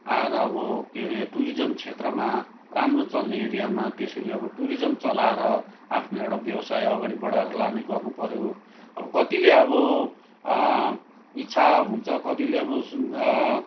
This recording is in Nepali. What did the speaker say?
आएर अब के हरे टुरिज्म क्षेत्रमा राम्रो चल्ने एरियामा त्यसरी अब टुरिज्म चलाएर आफ्नो एउटा व्यवसाय अगाडि बढाएर लाने गर्नुपऱ्यो अब कतिले अब इच्छा हुन्छ कतिले अब